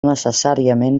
necessàriament